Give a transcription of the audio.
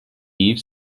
eve